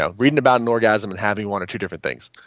ah reading about an orgasm and having one or two different things